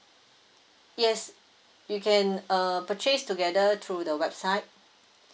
yes you can uh purchase together through the website